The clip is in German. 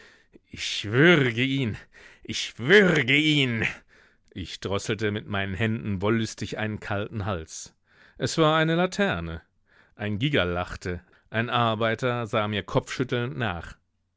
ich würge ihn ich würge ihn ich drosselte mit meinen händen wollüstig einen kalten hals es war eine laterne ein gigerl lachte ein arbeiter sah mir kopfschüttelnd nach